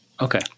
Okay